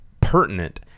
pertinent